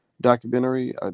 documentary